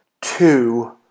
two